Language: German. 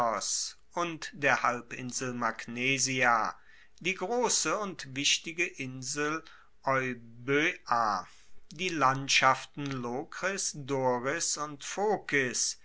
und der halbinsel magnesia die grosse und wichtige insel euboea die landschaften lokris doris und